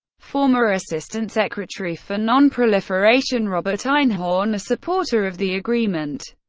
former assistant secretary for nonproliferation robert einhorn, a supporter of the agreement,